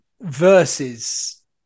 versus